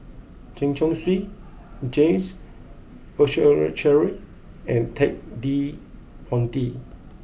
Chen Chong Swee James Puthucheary and Ted De Ponti